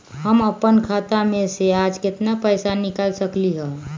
हम अपन खाता में से आज केतना पैसा निकाल सकलि ह?